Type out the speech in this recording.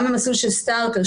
גם המסלול של סטארטר,